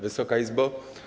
Wysoka Izbo!